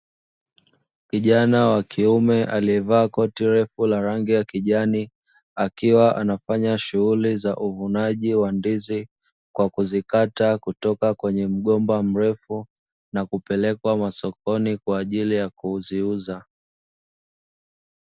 Kijana wa kiume aliyevaa koti refu la rangi ya kijani, akiwa anafanya shughuli ya uvunaji wa ndizi kwa kuzikata kutoka kwenye mgomba mrefu na kuzipeleka masokoni kwa ajili ya kuziuza.